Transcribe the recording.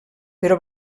però